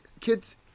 kids